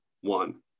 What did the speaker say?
one